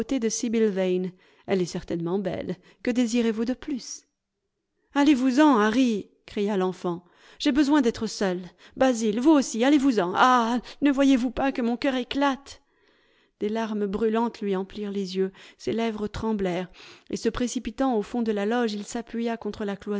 vane elle est certainement belle que désirez vous de plus allez-vous-en harry cria l'enfant j'ai besoin d'être seul basil vous aussi allcz vous en ah ne voyez-vous pas que mon cœur éclate des larmes brûlantes lui emplirent les yeux ses lèvres tremblèrent et se précipitant au fond de la loge il s'appuya contre la